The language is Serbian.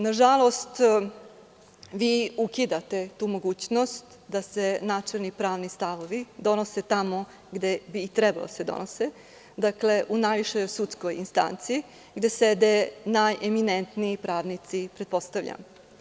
Na žalost, ukidate tu mogućnost da se načelni pravni stavovi donose tamo gde treba da se donose u najvišoj sudskoj instanci, gde sede najeminentniji pravnici, pretpostavljam.